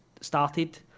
started